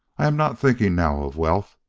i am not thinking now of wealth,